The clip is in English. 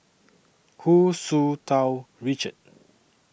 Hu Tsu Tau Richard